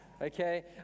Okay